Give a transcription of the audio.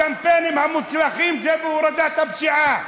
הקמפיינים המוצלחים הם הורדת הפשיעה.